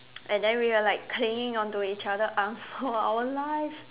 and then we were like clinging onto each other arms for our life